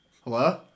Hello